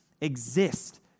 exist